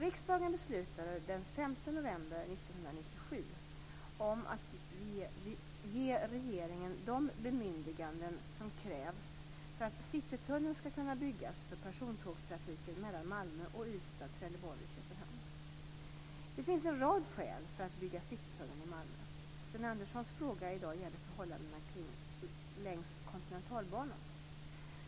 Riksdagen beslutade den 5 november 1997 om att ge regeringen de bemyndiganden som krävs för att Citytunneln skall kunna byggas för persontågstrafiken mellan Malmö och Ystad, Trelleborg och Köpenhamn. Det finns en rad skäl för att bygga Citytunneln i Malmö. Sten Anderssons fråga i dag gäller förhållandena längs Kontinentalbanan.